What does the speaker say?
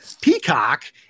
Peacock